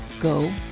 go